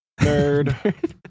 Nerd